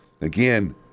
again